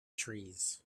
trees